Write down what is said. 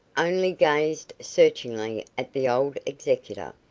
only gazed searchingly at the old executor.